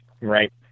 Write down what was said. right